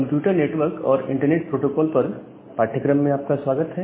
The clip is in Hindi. कंप्यूटर नेटवर्क और इंटरनेट प्रोटोकॉल पर पाठ्यक्रम में आपका स्वागत है